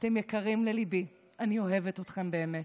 אתם יקרים לליבי, אני אוהבת אתכם באמת,